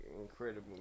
Incredible